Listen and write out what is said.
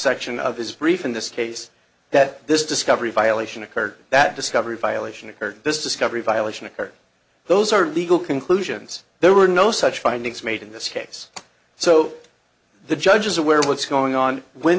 section of his brief in this case that this discovery violation occurred that discovery violation occurred this discovery violation occurred those are legal conclusions there were no such findings made in this case so the judge is aware of what's going on when